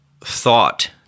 thought